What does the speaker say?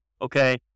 okay